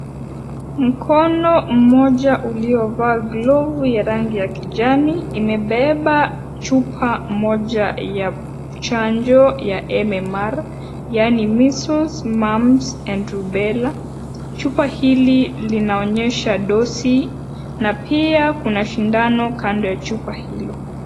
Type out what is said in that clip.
Mkono mmoja uliovaa glovu ya rangi ya kijani, imebeba chupa moja ya chanjo ya M-M-R, yaani Measles, Mumps and Rumbela . Chupa hili linaonyesha dosi, na pia kuna shindano kando ya chupa hilo.